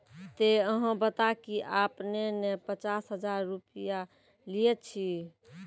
ते अहाँ बता की आपने ने पचास हजार रु लिए छिए?